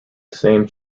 same